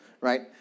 right